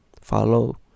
follow